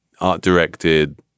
art-directed